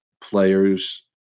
players